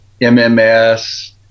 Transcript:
MMS